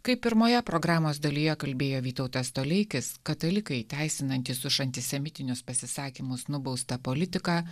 kaip pirmoje programos dalyje kalbėjo vytautas toleikis katalikai teisinantys už antisemitinius pasisakymus nubaustą politiką